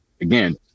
again